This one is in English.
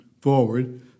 forward